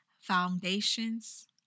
Foundations